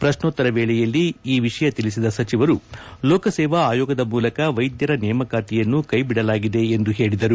ಪ್ರಶ್ನೋತ್ತರ ವೇಳೆಯಲ್ಲಿ ಈ ವಿಷಯ ತಿಳಿಸಿದ ಸಚಿವರು ಲೋಕಸೇವಾ ಆಯೋಗದ ಮೂಲಕ ವೈದ್ಯರ ನೇಮಕಾತಿಯನ್ನು ಕೈಬಿಡಲಾಗಿದೆ ಎಂದು ಹೇಳಿದರು